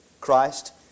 Christ